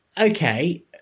okay